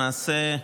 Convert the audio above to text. למעשה,